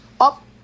up